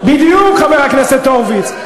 בדיוק, חבר הכנסת הורוביץ.